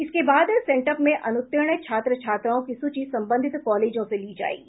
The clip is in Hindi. इसके बाद सेंट्प में अनुत्तीर्ण छात्र छात्राओं की सूची सबंधित कॉलजों से ली जायेगी